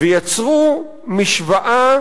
ויצרו משוואה